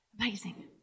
Amazing